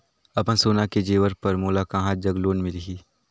अपन सोना के जेवर पर मोला कहां जग लोन मिलही?